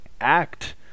act